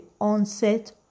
onset